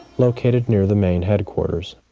located near the main headquarters.